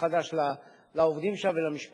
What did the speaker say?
לפני שעליתי הנה,